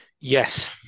yes